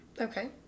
Okay